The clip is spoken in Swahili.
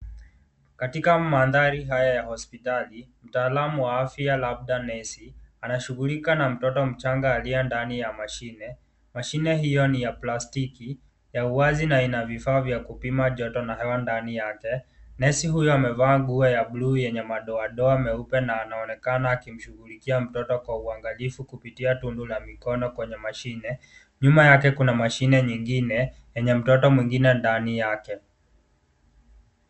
Katika mandhari haya ya hospitali, mtaalamu wa afya labda nesi anashughulika na mtoto mchanga aliye ndani ya mashine. Mashine hiyo ni ya plastiki ya uwazi na ina vifaa vya kupima joto na hewa ndani yake. Nesi huyo amevaa nguo ya buluu yenye madoadoa meupe na anaonekana akimshughulikia mtoto kwa uangalifu kupita tundu la mikono kwenye mashine. Nyuma yake kuna mashine nyingine yenye mtoto mwengine ndani yake.